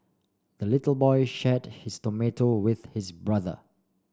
the little boy shared his tomato with his brother